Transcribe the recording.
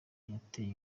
yateye